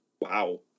Wow